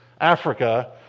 Africa